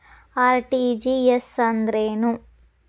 RTGS ಅಂದ್ರೇನು?